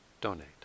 donate